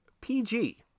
pg